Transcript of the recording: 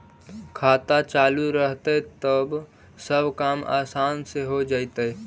खाता चालु रहतैय तब सब काम आसान से हो जैतैय?